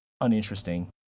uninteresting